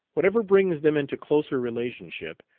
whatever brings them into closer relationship,